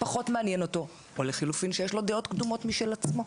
פחות עניין אותו או לחילופין שיש לו דעות קדומות משל עצמו,